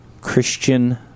Christian